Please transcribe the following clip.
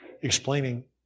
explaining